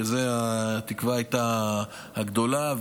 זו הייתה התקווה הגדולה,